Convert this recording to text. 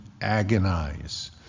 agonize